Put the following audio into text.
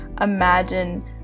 imagine